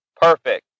perfect